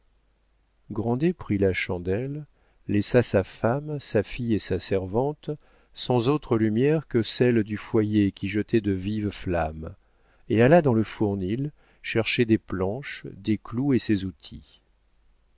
prit la chandelle laissa sa femme sa fille et sa servante sans autre lumière que celle du foyer qui jetait de vives flammes et alla dans le fournil chercher des planches des clous et ses outils